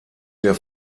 der